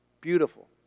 Beautiful